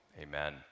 amen